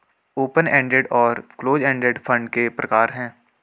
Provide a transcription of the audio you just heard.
open ended और close ended fund के प्रकार हैं